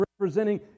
representing